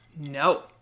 no